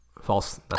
False